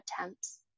attempts